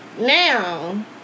Now